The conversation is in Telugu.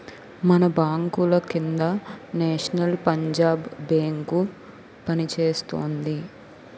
మన బాంకుల కింద నేషనల్ పంజాబ్ బేంకు పనిచేస్తోంది